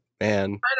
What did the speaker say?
man